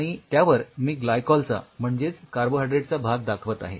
आणि त्यावर मी ग्लायकॉलचा म्हणजेच कार्बोहायड्रेटचा भाग दाखवत आहे